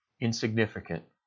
insignificant